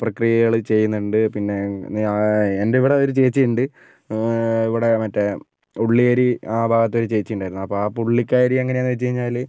പ്രക്രിയകള് ചെയ്യുന്നുണ്ട് പിന്നെ എൻ്റെ ഇവിടൊരു ചേച്ചിയുണ്ട് ഇവിടെ മറ്റേ ഉള്ളിയരി ആ ഭാഗത്ത് ഒരു ചേച്ചിയുണ്ടായിരുന്നു അപ്പം ആ പുള്ളിക്കാരി എങ്ങനെയെന്ന് വച്ച് കഴിഞ്ഞാല്